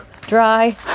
dry